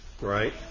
right